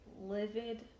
livid